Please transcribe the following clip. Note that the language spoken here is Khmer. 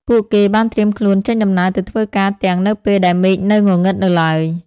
ពួកគេបានត្រៀមខ្លួនចេញដំណើរទៅធ្វើការទាំងនៅពេលដែលមេឃនៅងងឹតនៅឡើយ។